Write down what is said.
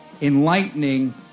enlightening